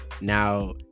Now